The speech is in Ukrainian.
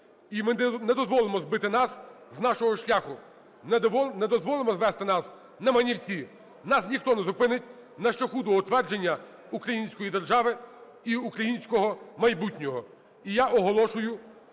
І ми не дозволимо збити нас з нашого шляху, не дозволимо звести нас на манівці. Нас ніхто не зупинить на шляху до утвердження української держави і українського майбутнього. І я оголошую